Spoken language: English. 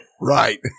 Right